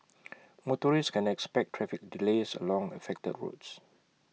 motorists can expect traffic delays along affected roads